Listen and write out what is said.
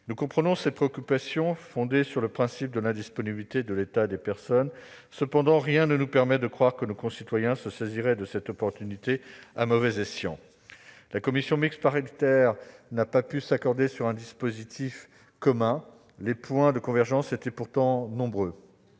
Nous comprenons ces préoccupations, fondées sur le principe de l'indisponibilité de l'état des personnes. Cependant, rien ne nous permet de croire que nos concitoyens se saisiraient de cette possibilité à mauvais escient. La commission mixte paritaire n'a pas su s'accorder sur un dispositif commun. Les points de convergence étaient pourtant nombreux.